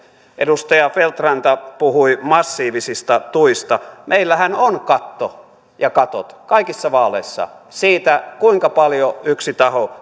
edustaja feldt ranta puhui massiivisista tuista meillähän on katto ja katot kaikissa vaaleissa siitä kuinka paljon yksi taho